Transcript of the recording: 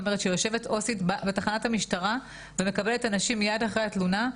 שיושבת עו"סית בתחנת המשטרה ומקבלת את הנשים מיד אחרי התלונה,